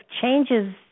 changes